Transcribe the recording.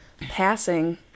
passing